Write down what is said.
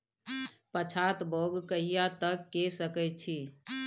पछात बौग कहिया तक के सकै छी?